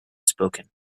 spoken